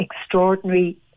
extraordinary